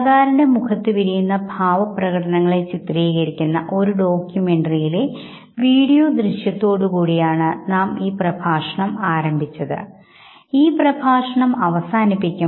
എന്നിട്ട് മുഖത്തിന് ഇടതു വശവും ഇടതുവശത്തിന്റെ പ്രതിബിംബവും തമ്മിൽ കൂട്ടിയോജിപ്പിച്ചു വലതു വശവും വലതുവശത്തെ പ്രതിബിംബവും ഇടതു വശവും ഇടതുപക്ഷത്തിന് പ്രതിബിംബം തമ്മിൽ യോജിപ്പിച്ചു